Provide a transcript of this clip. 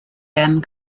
werden